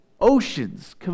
oceans